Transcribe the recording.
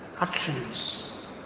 actions